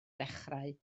dechrau